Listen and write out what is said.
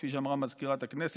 כפי שאמרה מזכירת הכנסת,